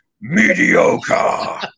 mediocre